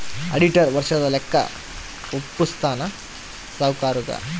auditor ವರ್ಷದ ಲೆಕ್ಕ ವಪ್ಪುಸ್ತಾನ ಸಾವ್ಕರುಗಾ